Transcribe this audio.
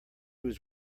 was